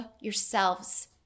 yourselves